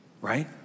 right